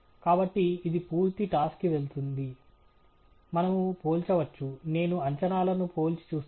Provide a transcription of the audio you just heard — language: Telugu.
కాబట్టి ఇది పూర్తి టాస్ కి వెళ్ళింది మనము పోల్చవచ్చు నేను అంచనాలను పోల్చి చూస్తాను